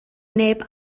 neb